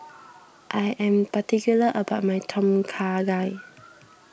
I am particular about my Tom Kha Gai